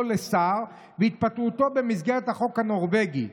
לשר והתפטרותו במסגרת החוק הנורבגי: